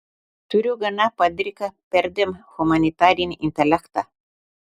turiu gana padriką perdėm humanitarinį intelektą